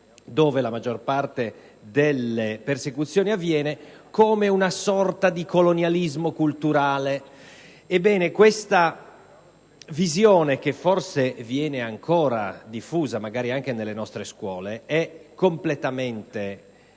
avviene la maggior parte delle persecuzioni, come una sorta di colonialismo culturale. Tuttavia, questa visione forse ancora diffusa, magari anche nelle nostre scuole, è completamente